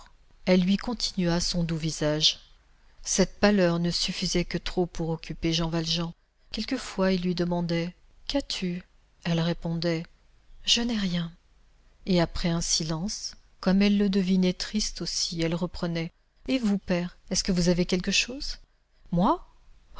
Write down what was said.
elle lui continua son doux visage cette pâleur ne suffisait que trop pour occuper jean valjean quelquefois il lui demandait qu'as-tu elle répondait je n'ai rien et après un silence comme elle le devinait triste aussi elle reprenait et vous père est-ce que vous avez quelque chose moi